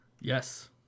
Yes